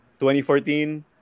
2014